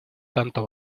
tanto